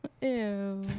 Ew